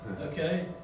okay